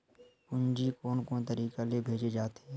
पूंजी कोन कोन तरीका ले भेजे जाथे?